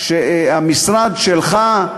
שהמשרד שלך,